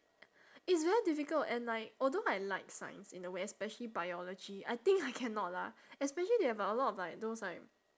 it's very difficult and like although I like science in a way especially biology I think I cannot lah especially they have a lot of like those like